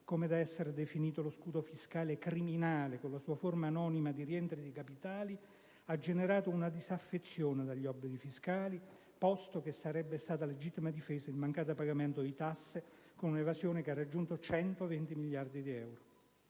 come deve essere definito lo scudo fiscale "criminale" con la sua forma anonima di rientro dei capitali, avete generato una disaffezione dagli obblighi fiscali, posto che sarebbe stata legittima difesa il mancato pagamento di tasse, con un'evasione fiscale che ha raggiunto 120 miliardi di euro.